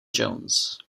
jones